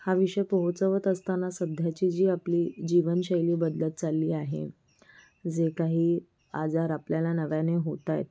हा विषय पोहोचवत असताना सध्याची जी आपली जीवनशैली बदलत चालली आहे जे काही आजार आपल्याला नव्याने होत आहेत